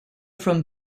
from